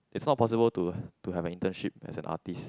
it's not possible to to have a internship as an artist